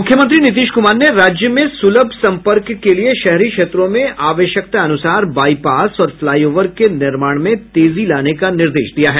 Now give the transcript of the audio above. मुख्यमंत्री नीतीश कुमार ने राज्य में सुलभ संपर्क के लिये शहरी क्षेत्रों में आवश्यकतानुसार बाईपास और फ्लाईओवर के निर्माण में तेजी लाने का निर्देश दिया है